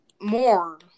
more